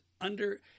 under-